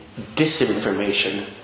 disinformation